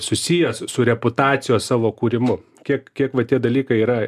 susijęs su reputacijos savo kūrimu kiek kiek va tie dalykai yra